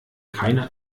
keine